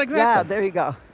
like yeah there you go.